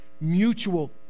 mutual